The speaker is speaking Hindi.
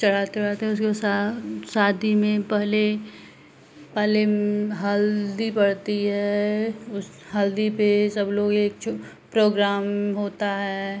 चढ़ाते ओढ़ाते हैं उसके बाद शादी में पहले पहले हल्दी पड़ती है उस हल्दी पर सब लोग एक प्रोग्राम होता है